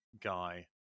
guy